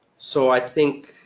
so i think,